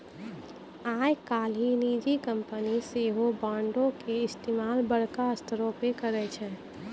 आइ काल्हि निजी कंपनी सेहो बांडो के इस्तेमाल बड़का स्तरो पे करै छै